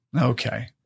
Okay